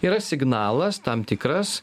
yra signalas tam tikras